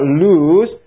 lose